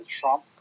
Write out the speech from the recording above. Trump